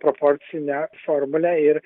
proporcinę formulę ir